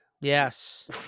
Yes